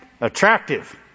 attractive